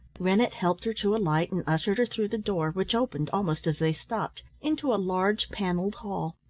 rennett helped her to alight and ushered her through the door, which opened almost as they stopped, into a large panelled hall.